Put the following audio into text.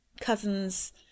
cousin's